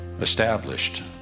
established